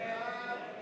ההצעה להסיר מסדר-היום